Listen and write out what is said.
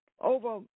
over